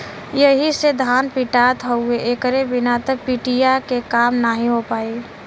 एही से धान पिटात हउवे एकरे बिना त पिटिया के काम नाहीं हो पाई